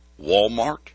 Walmart